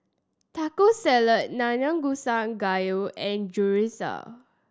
Taco Salad Nanakusa Gayu and Chorizo